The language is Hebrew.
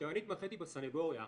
אני התמחיתי בסניגוריה.